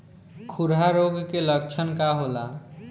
खुरहा रोग के लक्षण का होला?